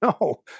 No